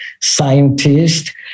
scientist